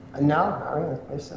No